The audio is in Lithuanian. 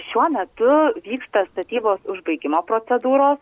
šiuo metu vyksta statybos užbaigimo procedūros